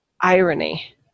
irony